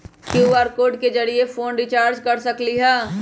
QR code के जरिय phone recharge कर सकली ह?